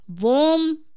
warm